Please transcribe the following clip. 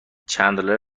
چندلر